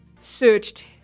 searched